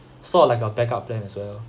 sort of like a backup plan as well